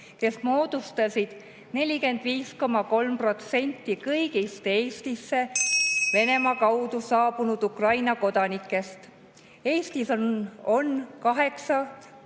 kes moodustasid 45,3% kõigist Eestisse Venemaa kaudu saabunud Ukraina kodanikest. Eestis on 8625